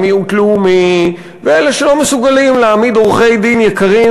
מיעוט לאומי ואלה שלא מסוגלים להעמיד עורכי-דין יקרים